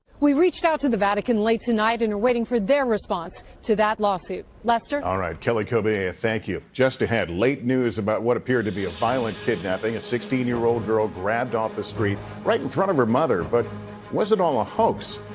we reached out to the vatican late tonight and are awaiting for their response to that lawsuit. lester? all right, kelly cobiella, thank you. just ahead, late news about what appeared to be a violent kidnapping. a sixteen year old girl grabbed off a street right in front of her mother, but was it all a hoax?